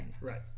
Right